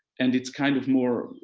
and it's kind of more,